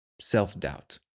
self-doubt